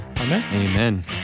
Amen